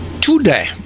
today